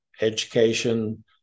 education